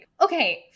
Okay